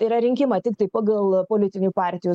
tai yra rinkimą tiktai pagal politinių partijų